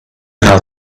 how